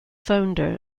founder